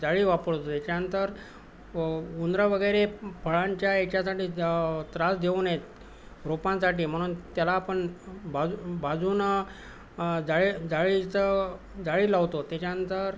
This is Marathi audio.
जाळी वापरतो त्याच्यानंतर व उंदीर वगैरे फळांच्या याच्यासाठी त् त्रास देऊ नयेत रोपांसाठी म्हणून त्याला आपण बाजू बाजूनं जाळी जाळीचं जाळी लावतो आहोत त्याच्यानंतर